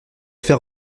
faire